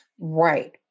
Right